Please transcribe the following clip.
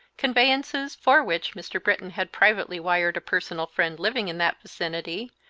conveyances, for which mr. britton had privately wired a personal friend living in that vicinity,